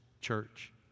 church